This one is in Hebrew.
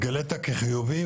התגלית כחיובי,